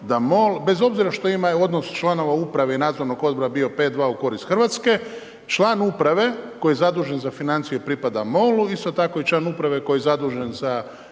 da MOL, bez obzira što imaju odnos članova uprave i nadzora bio 5:2 u korist Hrvatske, član uprave koje je zadužen za financije pripada MOL-u, isto tako i član uprave koje je zadužen za